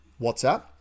WhatsApp